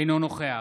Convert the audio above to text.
אינו נוכח